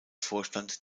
vorstand